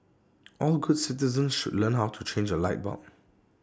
all good citizens should learn how to change A light bulb